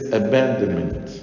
abandonment